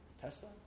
Tesla